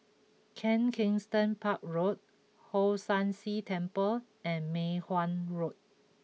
Kensington Park Road Hong San See Temple and Mei Hwan Road